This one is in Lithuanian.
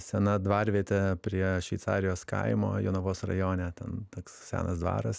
sena dvarvietė prie šveicarijos kaimo jonavos rajone ten toks senas dvaras